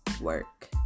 work